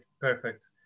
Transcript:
Perfect